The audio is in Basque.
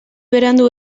berandu